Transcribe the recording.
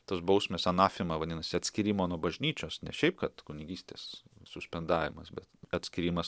tos bausmės anafima vadinasi atskyrimo nuo bažnyčios ne šiaip kad kunigystės suspendavimas bet atskyrimas